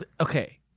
Okay